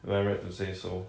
am I right to say so